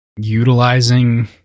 utilizing